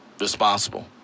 responsible